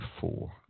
four